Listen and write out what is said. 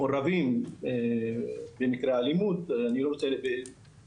אני לא רוצה לדבר